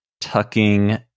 tucking